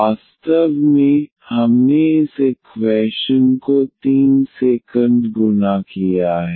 वास्तव में हमने इस इक्वैशन को 3 से गुणा किया है